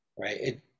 Right